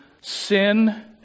sin-